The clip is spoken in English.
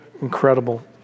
incredible